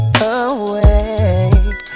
away